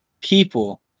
people